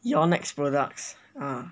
yonex products ah